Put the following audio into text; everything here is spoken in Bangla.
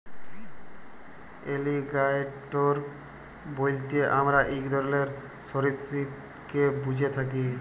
এলিগ্যাটোর বইলতে আমরা ইক ধরলের সরীসৃপকে ব্যুঝে থ্যাকি